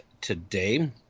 today